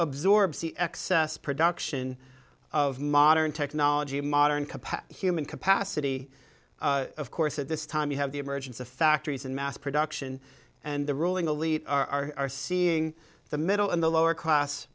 absorbs the excess production of modern technology modern human capacity of course at this time you have the emergence of factories and mass production and the ruling elite are seeing the middle and the lower class